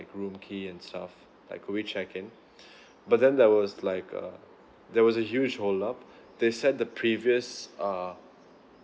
room key and stuff like could we check in but then there was like a there was a huge hold up they said the previous uh